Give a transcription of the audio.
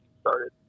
started